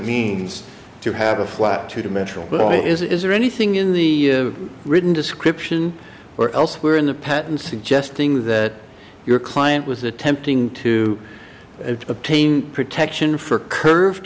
means to have a flat two dimensional law is there anything in the written description or elsewhere in the patent suggesting that your client was attempting to obtain protection for curved